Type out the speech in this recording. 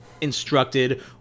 instructed